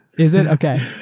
is it? okay.